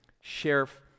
Sheriff